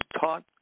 taught